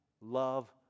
love